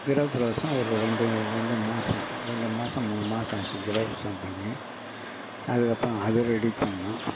கிரகப்பிரவேசம் ஒரு ரெண்டு ரெண்டு மாதம் ரெண்டு மாதம் மூணு மாதம் ஆகிடுச்சு கிரகப்பிரவேசம் பண்ணி அதுக்கப்புறம் அதை ரெடி பண்ணிணோம்